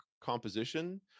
composition